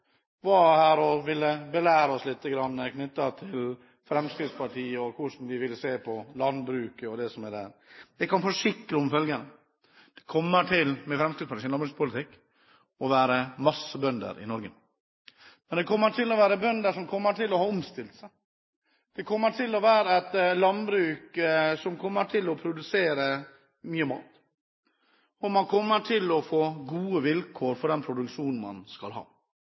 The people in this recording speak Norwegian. var her og ville belære oss lite grann om Fremskrittspartiet og hvordan en ser på landbruket, og det som er der. Jeg kan forsikre om følgende: Med Fremskrittspartiets landbrukspolitikk kommer det til å være mange bønder i Norge. Men det kommer til å være bønder som har omstilt seg. Det kommer til å være et landbruk som vil produsere mye mat, og man vil få gode vilkår for den produksjonen man skal ha.